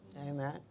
amen